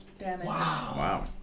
Wow